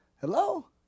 hello